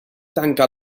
tanca